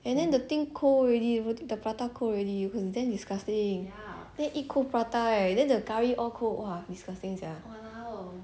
and then the thing cold already you take the prata cold already and damn disgusting then eat cold prata ah then the curry all cold !wah! disgusting sia